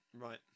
Right